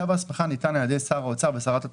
כתב ההסמכה ניתן על ידי שר האוצר ושרת התחבורה.